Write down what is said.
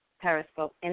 Periscope